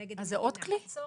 לא.